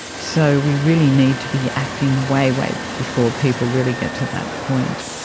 so we really need to be acting way way before people really get to that point.